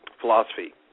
philosophy